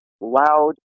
loud